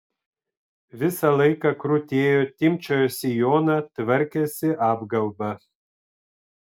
visą laiką krutėjo timpčiojo sijoną tvarkėsi apgaubą